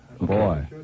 Boy